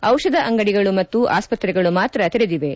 ಡಿಷಧ ಅಂಗಡಿಗಳು ಮತ್ತು ಆಸ್ವತ್ರೆಗಳು ಮಾತ್ರ ತೆರೆದಿವೆ